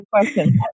question